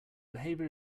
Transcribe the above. behavior